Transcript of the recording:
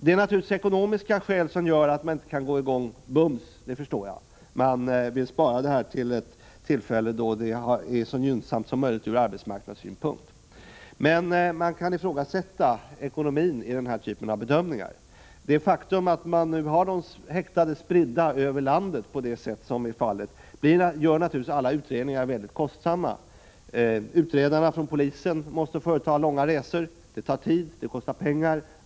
Det är naturligtvis ekonomiska skäl som gör att man inte kan komma i gång bums, det förstår jag. Man vill spara ett sådant här byggnadsprojekt tills det är så gynnsamt som möjligt ur arbetsmarknadssynpunkt. Ekonomin i denna typ av bedömningar kan ifrågasättas. Det faktum att de häktade nu är spridda över landet gör naturligtvis alla utredningar mycket kostsamma. Utredarna från polisen måste företa långa resor, vilket tar tid och kostar pengar.